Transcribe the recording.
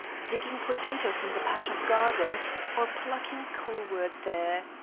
digging potatoes in the patch of garden or plucking colewort there,